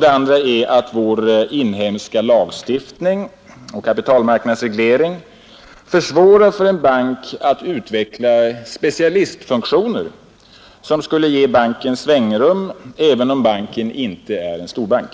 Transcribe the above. Det andra är att vår inhemska lagstiftning och kapitalmarknadsreglering försvårar för en bank att utveckla specialistfunktioner som ger banken svängrum, även om banken inte är en storbank.